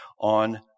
on